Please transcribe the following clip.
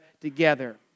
together